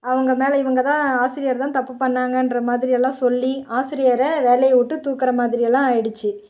அவங்க மேல் இவங்கதான் ஆசிரியர் தான் தப்பு பண்ணிணாங்கன்ற மாதிரியெல்லாம் சொல்லி ஆசிரியர வேலையை விட்டு தூக்குற மாதிரியெல்லாம் ஆயிடுச்சு